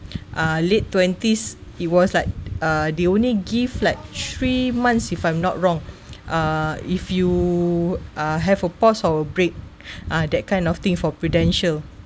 uh late twenties it was like uh they only give like three months if I'm not wrong uh if you uh have a pause or a break ah that kind of thing for Prudential